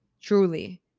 truly